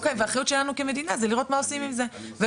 חד משמעית.